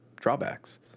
drawbacks